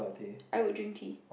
I would drink tea